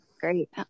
Great